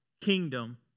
kingdom